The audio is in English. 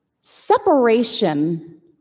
separation